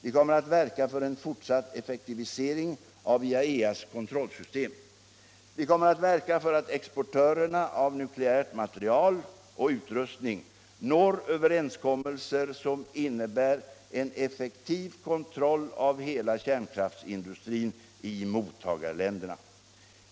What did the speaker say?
Vi kommer att verka för en fortsatt effektivisering av IAEA:s kontrollsystem. Vi kommer att verka för att exportörerna av nukleärt material och nukleär utrustning når överenskommelser som innebär en effektiv kontroll av hela kärnkraftsindustrin i mottagarländerna.